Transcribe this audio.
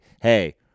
hey